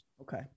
Okay